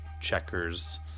checkers